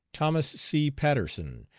thomas c. patterson,